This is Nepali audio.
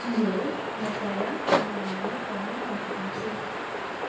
चिजहरू म प्रायः जाडो महिनामै गर्नु मन पराउँछु